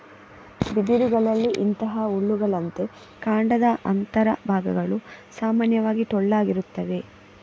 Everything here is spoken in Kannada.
ಬಿದಿರುಗಳಲ್ಲಿ ಇತರ ಹುಲ್ಲುಗಳಂತೆ ಕಾಂಡದ ಅಂತರ ಭಾಗಗಳು ಸಾಮಾನ್ಯವಾಗಿ ಟೊಳ್ಳಾಗಿರುತ್ತದೆ